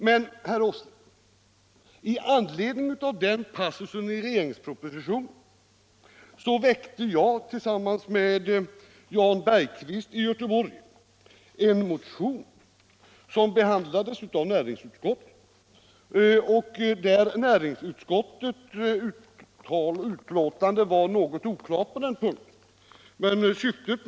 Men, herr Åsling, med anledning av en passus i propositionen väckte jag tillsammans med Jan Bergqvist i Göteborg en motion som behandlades av näringsutskottet. Utskottets betänkande var emellertid något oklart.